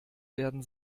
werden